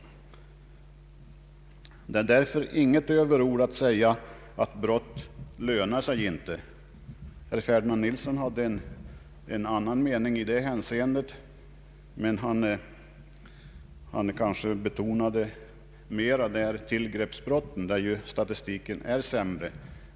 Det är därför inget överord att säga att brott inte lönar sig. Herr Ferdinand Nilsson hade en annan mening i det avseendet, men han kanske mera tänkte på tillgreppsbrotten för vilka statistiken ju är sämre.